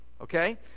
Okay